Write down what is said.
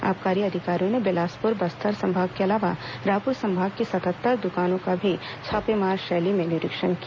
आबकारी अधिकारियों ने बिलासपुर बस्तर संभाग के अलावा रायपुर संभाग की सतहत्तर दुकानों का भी छापामार शैली में निरीक्षण किया